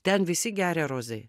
ten visi geria rozei